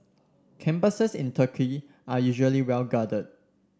campuses in Turkey are usually well guarded